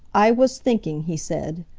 i was thinking, he said,